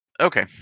Okay